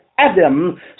Adam